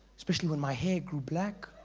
especially when my hair grew black